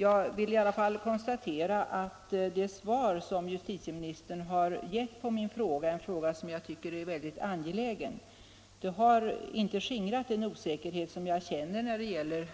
Jag konstaterar i alla fall att det svar som justitieministern har gett på min fråga — en fråga som jag tycker är väldigt angelägen — inte har skingrat den osäkerhet som jag känner när det gäller